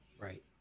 Right